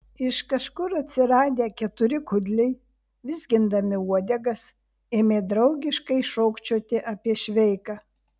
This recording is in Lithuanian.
iš kažkur atsiradę keturi kudliai vizgindami uodegas ėmė draugiškai šokčioti apie šveiką